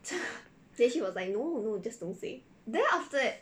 then she was like no no just don't say